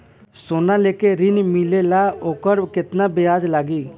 सोना लेके ऋण मिलेला वोकर केतना ब्याज लागी?